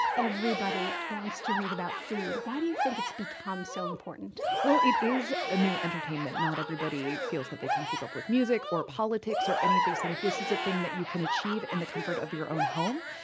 everybody wants to read about food. why do you think it's become so important? it is a new entertainment. not everybody feels that they can keep up with music or politics or any of these things. this is a thing you can achieve in the comfort of your own home.